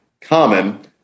common